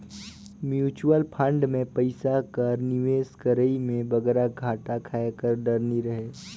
mutual fund में पइसा कर निवेस करई में बगरा घाटा खाए कर डर नी रहें